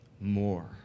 more